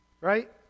Right